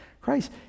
christ